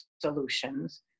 solutions